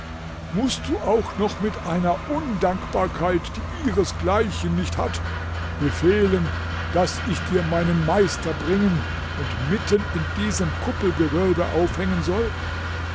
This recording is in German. mußt du auch noch mit einer undankbarkeit die ihresgleichen nicht hat befehlen daß ich dir meinen meister bringen und mitten in diesem kuppelgewölbe aufhängen soll